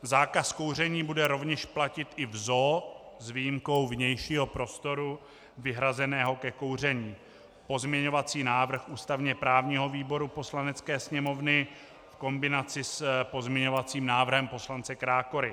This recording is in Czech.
Zákaz kouření bude rovněž platit i v ZOO s výjimkou vnějšího prostoru vyhrazeného ke kouření pozměňovací návrh ústavněprávního výboru Poslanecké sněmovny v kombinaci s pozměňovacím návrhem poslance Krákory.